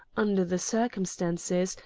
under the circumstances,